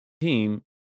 team